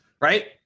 Right